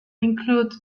include